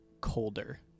colder